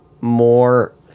more